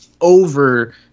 over